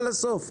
לרשותך.